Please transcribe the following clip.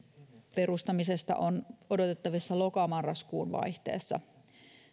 perustamisesta on odotettavissa loka marraskuun vaihteessa